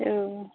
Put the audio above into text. औ